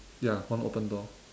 ya one open door